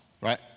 right